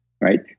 right